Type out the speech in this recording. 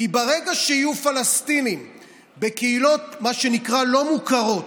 כי ברגע שיהיו פלסטינים בקהילות מה שנקרא "לא מוכרות",